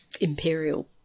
imperial